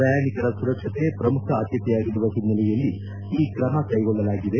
ಪ್ರಯಾಣಿಕರ ಸುರಕ್ಷತೆ ಪ್ರಮುಖ ಆದ್ಯತೆಯಾಗಿರುವ ಓನ್ನೆಲೆಯಲ್ಲಿ ಈ ಕ್ರಮ ಕೈಗೊಳ್ಳಲಾಗಿದೆ